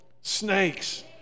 Snakes